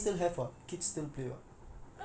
palm ya